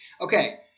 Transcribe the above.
Okay